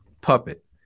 puppet